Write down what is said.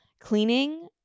Cleaning